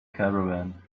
caravan